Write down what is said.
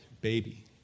Baby